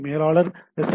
B மேலாளர் மற்றும் S